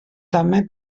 també